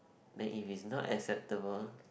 then if it's not acceptable